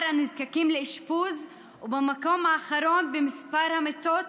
הנזקקים לאשפוז ובמקום האחרון במספר המיטות